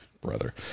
brother